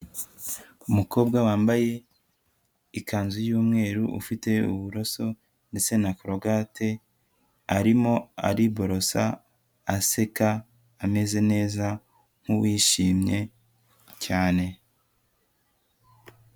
Umukobwa wambaye ikanzu y'umweru, ufite uburoso ndetse na korogate, arimo ariborosa aseka, ameze neza nk'uwishimye cyane.